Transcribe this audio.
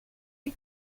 you